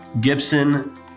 Gibson